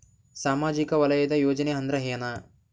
ಸಾಮಾಜಿಕ ವಲಯದ ಯೋಜನೆ ಅಂದ್ರ ಏನ?